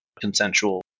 consensual